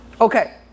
okay